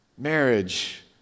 marriage